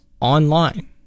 online